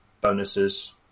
bonuses